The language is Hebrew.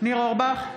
ניר אורבך,